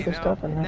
so stuff and